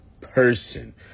person